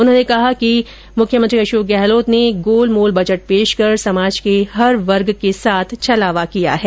उन्होंने कहा मुख्यमंत्री गहलोत ने गोलमोल बजट पेश कर समाज के हर वर्ग के साथ छलावा किया है